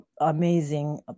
amazing